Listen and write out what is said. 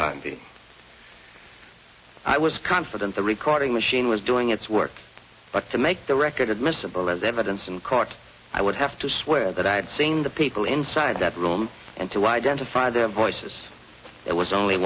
time i was confident the recording machine was doing its work but to make the record admissible as evidence in court i would have to swear that i had seen the people inside that room and to identify their voices it was